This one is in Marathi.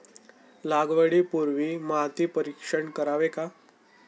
लागवडी पूर्वी माती परीक्षण करावे का?